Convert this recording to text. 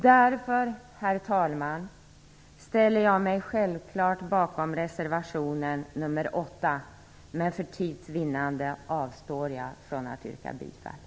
Därför, herr talman, ställer jag mig självfallet bakom reservation nr 8, men för tids vinnande avstår jag från att yrka bifall.